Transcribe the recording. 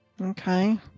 Okay